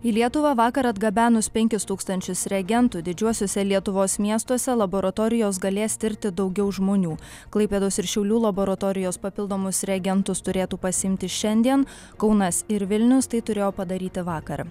į lietuvą vakar atgabenus penkis tūkstančius reagentų didžiuosiuose lietuvos miestuose laboratorijos galės tirti daugiau žmonių klaipėdos ir šiaulių laboratorijos papildomus reagentus turėtų pasiimti šiandien kaunas ir vilnius tai turėjo padaryti vakar